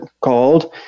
called